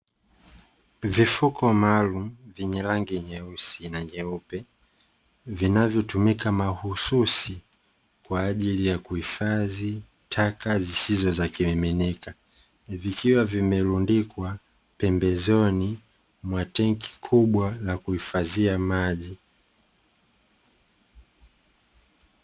Vifuko maalum vyenye nyeusi na nyeupe, vinavyotumika mahususi kwa ajili ya kuhifadhi taka zisizo za kimiminika. Vikiwa vimerundikwa pembezoni mwa tenki kubwa la kuhifadhia maji.